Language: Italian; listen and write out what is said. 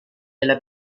della